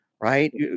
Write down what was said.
right